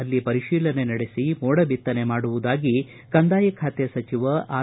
ಅಲ್ಲಿ ಪರಿಶೀಲನೆ ನಡೆಸಿ ಮೋಡಬಿತ್ತನೆ ಮಾಡುವುದಾಗಿ ಕಂದಾಯ ಖಾತೆ ಸಚಿವ ಆರ್